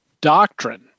doctrine